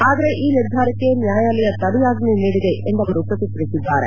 ಆದರೆ ಈ ನಿರ್ಧಾರಕ್ಕೆ ನ್ಯಾಯಾಲಯ ತಡೆಯಾಜ್ಞೆ ನೀಡಿದೆ ಎಂದು ಅವರು ಪ್ರತಿಕ್ರಿಯಿಸಿದ್ದಾರೆ